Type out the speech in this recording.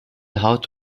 haut